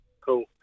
Cool